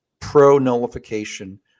pro-nullification